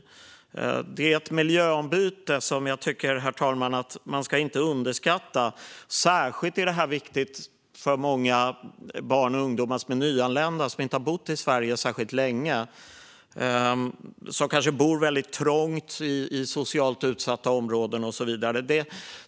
Förskolan innebär ett miljöombyte som jag inte tycker att man ska underskatta. Detta är särskilt viktigt för många barn och ungdomar som är nyanlända och som inte har bott i Sverige särskilt länge. De kanske bor väldigt trångt i socialt utsatta områden och så vidare.